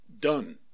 done